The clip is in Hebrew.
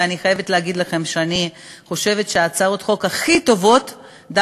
ואני חייבת להגיד לכם שאני חושבת שהצעות החוק הכי טובות הן